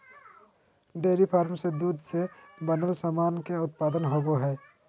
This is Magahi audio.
डेयरी फार्म से दूध से बनल सामान के उत्पादन होवो हय